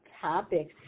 Topics